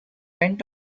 went